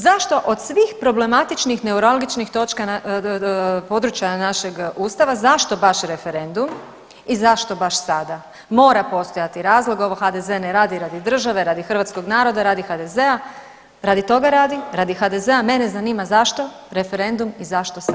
Zašto od svih problematičnih, neuralgičnih točka područja našeg Ustava, zašto baš referendum i zašto baš sada, mora postojati razlog, ovo HDZ ne radi države, radi hrvatskog naroda, radi HDZ-a, radi toga radi, radi HDZ-a mene zanima zašto referendum i zašto sad?